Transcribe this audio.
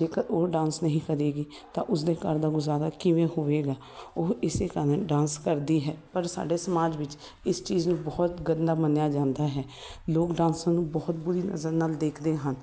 ਜੇਕਰ ਉਹ ਡਾਂਸ ਨਹੀਂ ਕਰੇਗੀ ਤਾਂ ਉਸਦੇ ਘਰ ਦਾ ਗੁਜ਼ਾਰਾ ਕਿਵੇਂ ਹੋਵੇਗਾ ਉਹ ਇਸ ਕਾਰਨ ਡਾਂਸ ਕਰਦੀ ਹੈ ਪਰ ਸਾਡੇ ਸਮਾਜ ਵਿੱਚ ਇਸ ਚੀਜ਼ ਨੂੰ ਬਹੁਤ ਗੰਦਾ ਮੰਨਿਆ ਜਾਂਦਾ ਹੈ ਲੋਕ ਡਾਂਸਰਾਂ ਨੂੰ ਬਹੁਤ ਬੁਰੀ ਨਜ਼ਰ ਨਾਲ ਦੇਖਦੇ ਹਨ